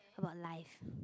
about life